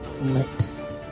lips